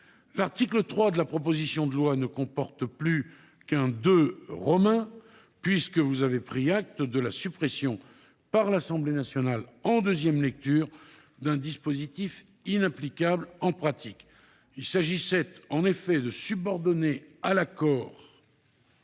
L’article 3 de la proposition de loi ne comporte plus qu’un II, puisque vous avez pris acte de la suppression par l’Assemblée nationale en deuxième lecture d’un dispositif inapplicable en pratique. Il s’agissait en effet de subordonner à l’accord